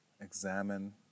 examine